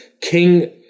king